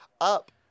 up